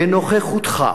בנוכחותך,